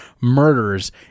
murders